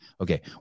Okay